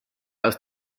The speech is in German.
aus